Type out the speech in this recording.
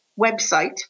website